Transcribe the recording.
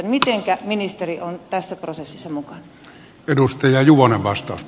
mitenkä ministeri on tässä prosessissa mukana